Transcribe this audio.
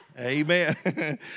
Amen